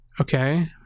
okay